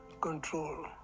control